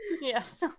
Yes